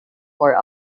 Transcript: for